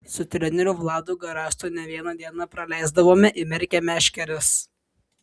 su treneriu vladu garastu ne vieną dieną praleisdavome įmerkę meškeres